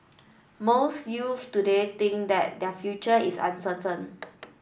most youths today think that their future is uncertain